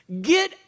Get